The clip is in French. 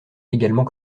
également